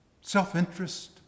Self-interest